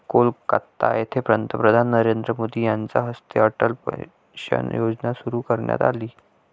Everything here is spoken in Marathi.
कोलकाता येथे पंतप्रधान नरेंद्र मोदी यांच्या हस्ते अटल पेन्शन योजना सुरू करण्यात आली